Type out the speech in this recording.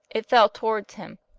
it fell towards him,